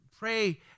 Pray